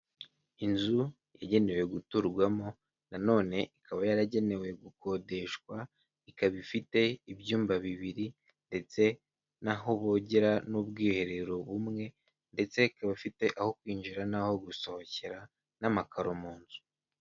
Inzu yagenewe guturwamo nanone ikaba yaragenewe gukodeshwa, ikaba ifite ibyumba bibiri ndetse n'aho bogera, n'ubwiherero bumwe ndetse ikabafite aho kwinjira n'aho gusohokera, n'amakaro mu nzu.